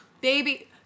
Baby